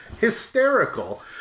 Hysterical